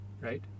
right